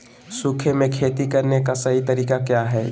सूखे में खेती करने का सही तरीका की हैय?